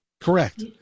Correct